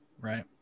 Right